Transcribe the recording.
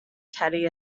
teddy